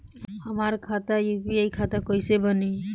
हमार खाता यू.पी.आई खाता कईसे बनी?